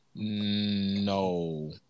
No